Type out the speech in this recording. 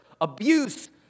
Abuse